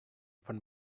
fan